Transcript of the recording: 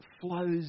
flows